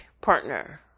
partner